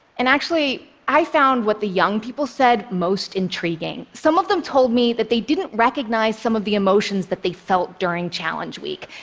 and actually, i found what the young people said most intriguing. some of them told me that they didn't recognize some of the emotions that they felt during challenge week,